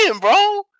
bro